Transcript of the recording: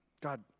God